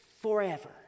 forever